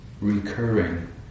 recurring